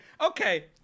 Okay